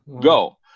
go